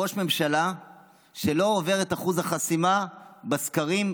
ראש ממשלה שלא עובר את אחוז החסימה בסקרים,